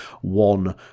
one